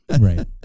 right